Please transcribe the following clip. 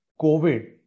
COVID